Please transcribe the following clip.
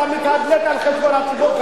אתה מתדלק על חשבון הציבור,